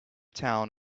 town